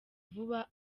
vuba